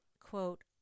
quote